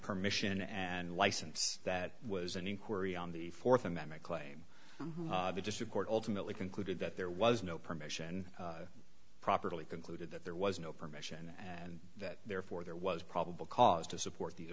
permission and license that was an inquiry on the fourth amendment claim the district court ultimately concluded that there was no permission properly concluded that there was no permission and that therefore there was probable cause to support the